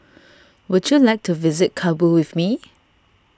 would you like to visit Kabul with me